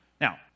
Now